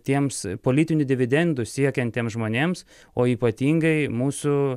tiems politinių dividendų siekiantiem žmonėms o ypatingai mūsų